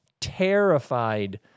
terrified